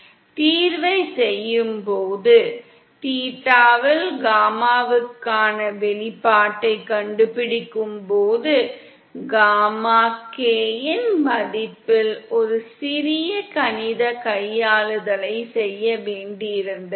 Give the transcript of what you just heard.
தீர்வைச் செய்யும்போது தீட்டாவில் காமாவுக்கான வெளிப்பாட்டைக் கண்டுபிடிக்கும் போது காமா k இன் மதிப்பில் ஒரு சிறிய கணித கையாளுதலைச் செய்ய வேண்டியிருந்தது